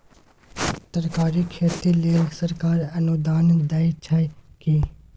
तरकारीक खेती लेल सरकार अनुदान दै छै की?